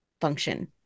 function